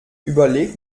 überlegt